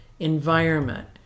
environment